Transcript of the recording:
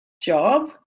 job